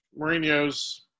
Mourinho's